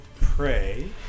pray